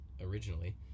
originally